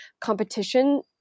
competition